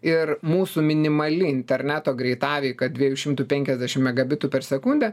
ir mūsų minimali interneto greitaveika dviejų šimtų penkiasdešim megabitų per sekundę